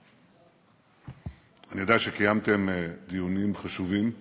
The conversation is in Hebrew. אני יודע שקיימתם דיונים חשובים וממושכים,